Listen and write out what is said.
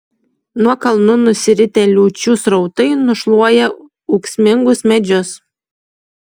nuo kalnų nusiritę liūčių srautai nušluoja ūksmingus medžius